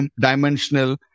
dimensional